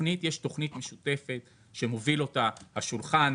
תוכנית משותפת שמוביל שולחן